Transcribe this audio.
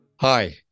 Hi